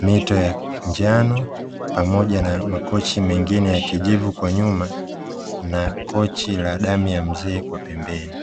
mito ya njano pamoja na makochi mengine ya kijivu kwa nyuma na kochi la damu ya mzee kwa pembeni .